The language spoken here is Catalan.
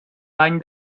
bany